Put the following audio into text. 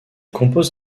compose